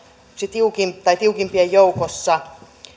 tiukimpien joukossa